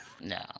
No